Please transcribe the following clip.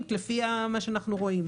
איזו רגולציה תחול עליו?